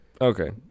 okay